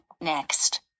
Next